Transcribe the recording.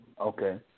Okay